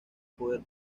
poder